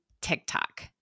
TikTok